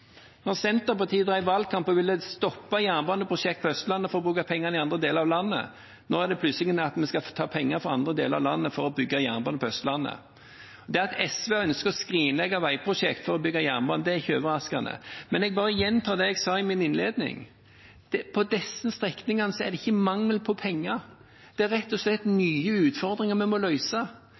når vi sier at her må vi sannsynligvis endre prosjektet, er det uaktuelt, en skal bygge det akkurat slik en trodde en kunne gjøre det for noen år siden. Da Senterpartiet drev valgkamp, ville de stoppe jernbaneprosjekter på Østlandet for å bruke pengene i andre deler av landet. Nå vil en plutselig ta penger fra andre deler av landet for å bygge jernbane på Østlandet. Det at SV ønsker å skrinlegge veiprosjekter for å bygge jernbane, er ikke overraskende. Men jeg bare gjentar det jeg sa i min innledning: Til disse strekningene er det